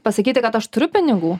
pasakyti kad aš turiu pinigų